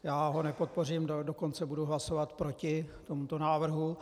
Já ho nepodpořím, dokonce budu hlasovat proti tomuto návrhu.